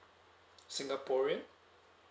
singaporean